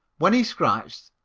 when he scratched,